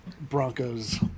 Broncos